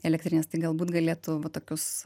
elektrinės tai galbūt galėtų va tokius